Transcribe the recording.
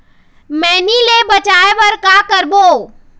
मैनी ले बचाए बर का का करबो?